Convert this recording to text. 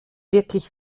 wirklich